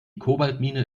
kobaltmine